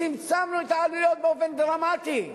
צמצמנו את העלויות באופן דרמטי.